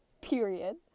period